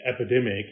epidemic